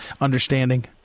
understanding